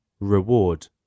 reward